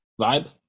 vibe